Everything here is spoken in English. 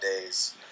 days